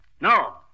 No